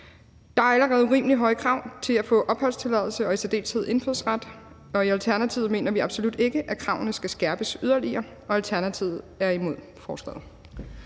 Der er allerede urimelig høje krav til at få opholdstilladelse og i særdeleshed indfødsret, og i Alternativet mener vi absolut ikke, at kravene skal skærpes yderligere, og Alternativet er imod forslaget.